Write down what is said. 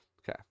okay